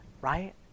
right